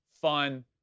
fun